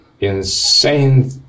insane